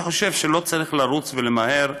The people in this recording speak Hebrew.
אני חושב שלא צריך לרוץ או למהר,